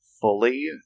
fully